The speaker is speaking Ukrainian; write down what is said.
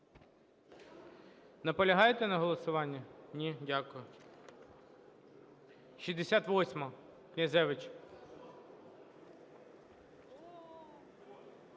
Наполягаєте на голосуванні? Ні? Дякую. 68-а, Князевич.